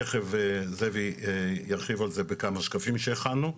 תיכף זאב ירחיב על זה בכמה שקפים שהכנו.